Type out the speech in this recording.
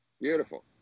beautiful